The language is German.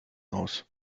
aus